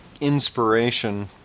Inspiration